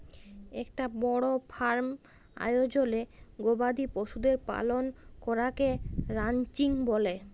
একটা বড় ফার্ম আয়জলে গবাদি পশুদের পালন করাকে রানচিং ব্যলে